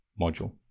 module